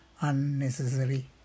unnecessary